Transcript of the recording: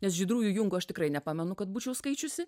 nes žydrųjų jungų aš tikrai nepamenu kad būčiau skaičiusi